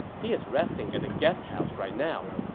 he is resting at the guest house right now.